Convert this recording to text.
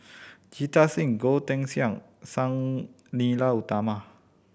Jita Singh Goh Teck Sian Sang Nila Utama